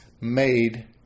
made